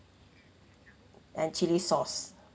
and chilli sauce